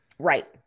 Right